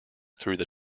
through